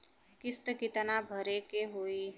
किस्त कितना भरे के होइ?